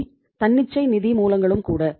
இவை தன்னிச்சை நிதி மூலங்களும் கூட